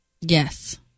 Yes